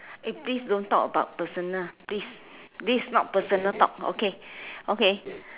eh please don't talk about personal this this not personal talk okay okay